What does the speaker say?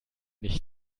nicht